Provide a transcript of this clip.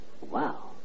Wow